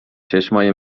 چشمای